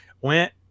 went